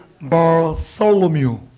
Bartholomew